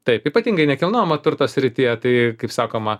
taip ypatingai nekilnojamo turto srityje tai kaip sakoma